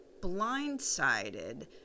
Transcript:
blindsided